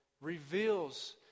reveals